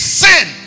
sin